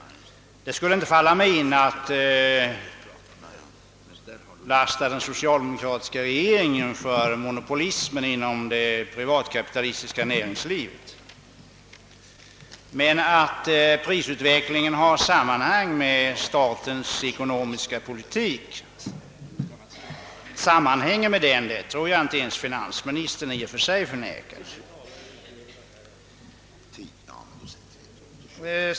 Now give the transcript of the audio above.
Det skulle inte falla mig in att lasta den socialdemokratiska regeringen för monopolismen inom det privatkapitalistiska nä ringslivet, men att prisutvecklingen sammanhänger med statens ekonomiska politik tror jag inte ens finansministern i och för sig förnekar.